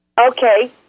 Okay